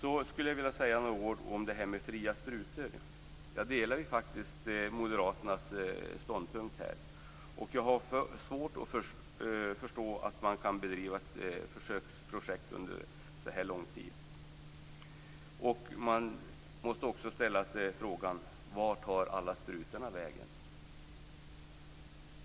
Så skulle jag vilja säga några ord om fria sprutor. Jag delar faktiskt Moderaternas ståndpunkt. Jag har svårt att förstå att man kan bedriva ett försöksprojekt under så lång tid. Vi måste också ställa oss frågan var alla sprutor tar vägen.